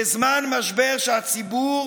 בזמן משבר, כשהציבור